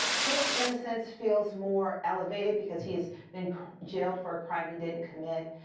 his innocence feels more elevated because he has been jailed for a crime he didn't commit,